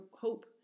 hope